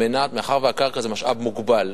מאחר שהקרקע זה משאב מוגבל,